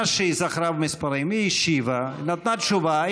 מה שהיא זכרה במספרים היא השיבה, נתנה תשובה.